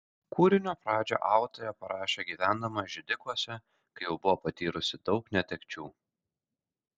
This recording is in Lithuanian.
kūrinio pradžią autorė parašė gyvendama židikuose kai jau buvo patyrusi daug netekčių